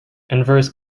inverse